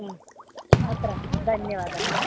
अत्र धन्यवादः